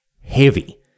heavy